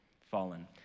fallen